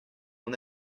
mon